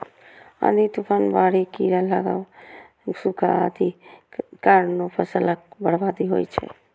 आंधी, तूफान, बाढ़ि, कीड़ा लागब, सूखा आदिक कारणें फसलक बर्बादी होइ छै